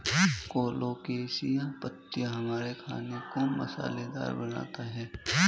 colocasia पत्तियां हमारे खाने को मसालेदार बनाता है